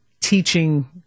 teaching